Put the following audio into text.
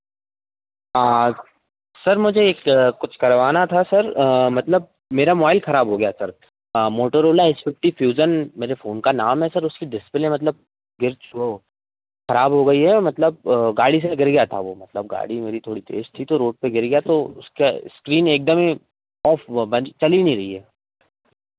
sir मुझे एक कुछ करवाना था सर मतलब मेरा मोबाइल खराब हो गया sir Motorola H fifty fusion मेरे फ़ोन का नाम है सर उसकी डिस्प्ले मतलब गिर वो खराब हो गई है मतलब गाड़ी से गिर गया वो मतलब गाड़ी मेरी थोड़ी तेज़ थी तो रोड पर गिर गया तो इसका स्क्रीन एकदम ऑफ़ हुआ बज चली गई है